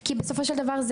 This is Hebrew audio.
כי בסופו של דבר,